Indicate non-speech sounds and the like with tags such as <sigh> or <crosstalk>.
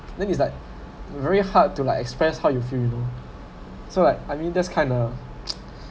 then it's like really hard to like express how you feel so like I mean that's kinda <noise> <breath>